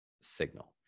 signal